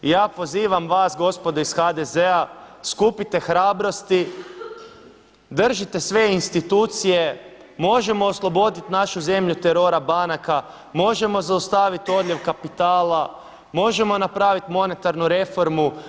I ja pozivam vas gospodo iz HDZ-a skupite hrabrosti, držite sve institucije, možemo osloboditi našu zemlju terora banaka, možemo zaustaviti odljev kapitala, možemo napraviti monetarnu reformu.